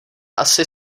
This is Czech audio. asi